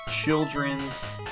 children's